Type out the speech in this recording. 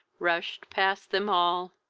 rushed past them all,